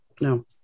No